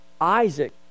Isaac